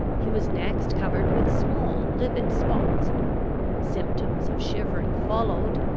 he was next covered with small livid spots symptoms of shivering followed,